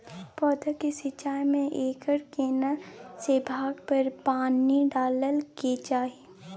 पौधों की सिंचाई में एकर केना से भाग पर पानी डालय के चाही?